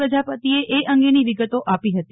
પ્રજાપતિએ એ અંગેની વિગતો આપી હતી